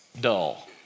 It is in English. Dull